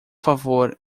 favor